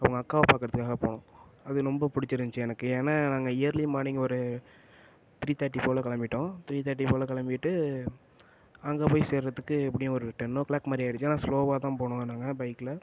அவன் அக்காவை பார்க்கறதுக்காக போனோம் அது ரொம்ப பிடிச்சிருந்ச்சி எனக்கு ஏன்னால் நாங்கள் இயர்லி மார்னிங் ஒரு த்ரீ தேர்ட்டி போல் கிளம்பிட்டோம் த்ரீ தேர்ட்டி போல் கிளம்பிட்டு அங்கே போய் சேர்கிறதுக்கு எப்படியும் ஒரு டென் ஓ கிளாக் மாதிரி ஆகிடுச்சி ஆனால் ஸ்லோவாக தான் போனோம் நாங்கள் பைக்கில்